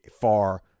far